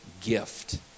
gift